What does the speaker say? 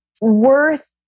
worth